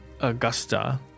Augusta